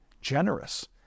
generous